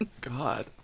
god